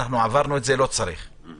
אנחנו לא יודעים שההוצאה לפועל הטילו את ההגבלה.